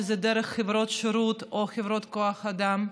שזה דרך חברות שירות או חברות כוח אדם.